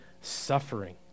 suffering